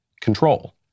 control